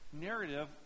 narrative